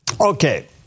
okay